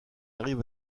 arrive